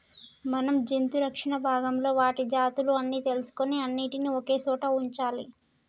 మనం జంతు రక్షణ భాగంలో వాటి జాతులు అన్ని తెలుసుకొని అన్నిటినీ ఒకే సోట వుంచాలి